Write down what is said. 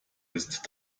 ist